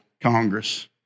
Congress